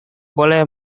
boleh